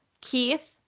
Keith